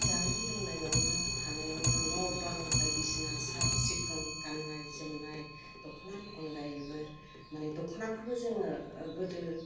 जानाय लोंनायावनो थानायावनो न' बां बायदिसिना साब सिखन गान्नाय जोमनाय दख'नानि अनगायैबो माने दख'नाखौबो जोङो गोदो